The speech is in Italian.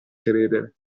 credere